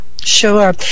Sure